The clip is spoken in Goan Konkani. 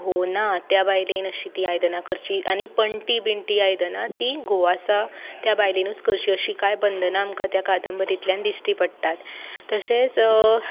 घोव ना त्या बायलेन तीं करचीं अशीं आनी पण्टी बिण्टी तीं आयदनां घोव आसा त्या बायलेंनूच करचीं अशीं कांय बंधना आमकां त्या कादंबरेतल्यान दिश्टी पडटात तशेंच